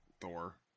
Thor